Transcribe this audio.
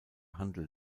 handel